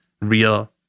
real